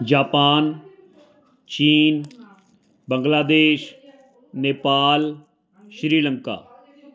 Japan ਚੀਨ ਬੰਗਲਾਦੇਸ਼ ਨੇਪਾਲ ਸ਼੍ਰੀਲੰਕਾ